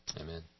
Amen